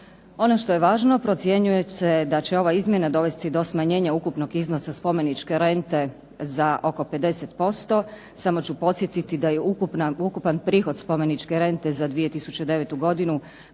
Ono što je važno procjenjuje se da će ova izmjena dovesti do smanjenja ukupnog iznosa spomeničke rente za oko 50%, samo ću podsjetiti da je ukupan prihod spomeničke rente za 2009. godinu